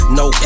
no